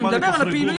אני מדבר על הפעילויות.